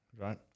right